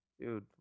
dude